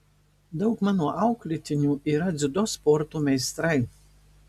daug mano auklėtinių yra dziudo sporto meistrai